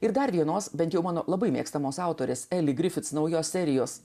ir dar vienos bent jau mano labai mėgstamos autorės eli grifits naujos serijos